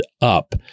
up